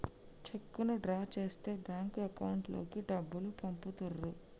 చెక్కును డ్రా చేస్తే bank account లోకి డబ్బులు పంపుతుర్రు